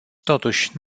totuși